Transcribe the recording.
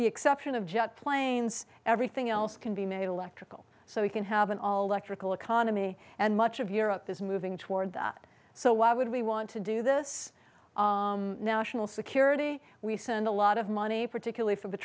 the exception of jet planes everything else can be made electrical so we can have an all electric all economy and much of europe is moving toward that so why would we want to do this national security we send a lot of money particularly f